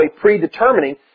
predetermining